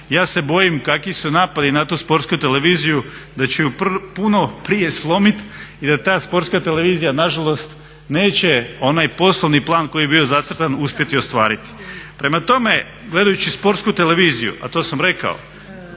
Ja se bojim kaki su napadi na tu sportsku televiziju da će je puno prije slomiti i da ta sportska televizija na žalost neće onaj poslovni plan koji je bio zacrtan uspjeti ostvariti. Prema tome, gledajući sportsku televiziju, a to sam rekao